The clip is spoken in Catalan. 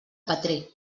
petrer